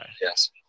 Yes